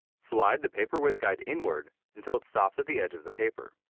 slide the paper width guide inward until it stops at the edge of the paper.